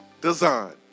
Design